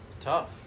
tough